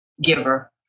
giver